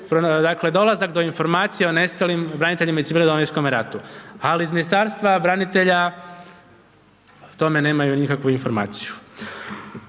dakle, dolazak do informacije o nestalim braniteljima i civilima u Domovinskom ratu. Ali iz Ministarstva branitelja o tome nemaju nikakvu informaciju.